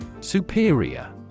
Superior